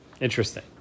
Interesting